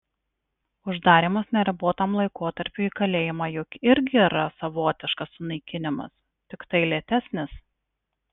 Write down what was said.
uždarymas neribotam laikotarpiui į kalėjimą juk irgi yra savotiškas sunaikinimas tiktai lėtesnis